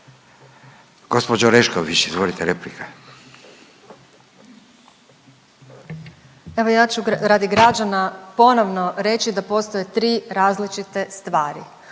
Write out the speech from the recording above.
s imenom i prezimenom)** Evo ja ću radi građana ponovno reći da postoje tri različite stvari